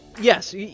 yes